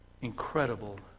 incredible